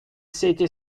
city